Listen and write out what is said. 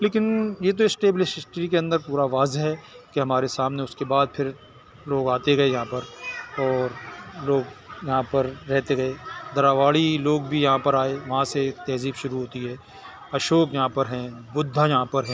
لیکن یہ تو اسٹیبلش ہسٹری کے اندر پورا واضح ہے کہ ہمارے سامنے اس کے بعد پھر لوگ آتے گئے یہاں پر اور لوگ یہاں پر رہتے گئے دراواڑی لوگ بھی یہاں پر آئے وہاں سے تہذیب شروع ہوتی ہے اشوک یہاں پر ہیں بدھا یہاں پر ہیں